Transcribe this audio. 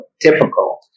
typical